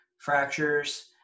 fractures